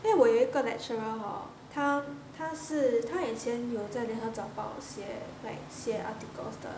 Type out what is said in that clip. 因为我有一个 lecturer hor 他他是他以前有在联合早报写 like 写 articles 的